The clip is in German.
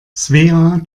svea